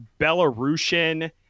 Belarusian